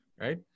right